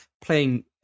playing